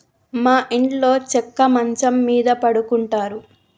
మా ఇంట్లో చెక్క మంచం మీద పడుకుంటారు